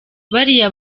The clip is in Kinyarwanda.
bariya